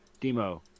Demo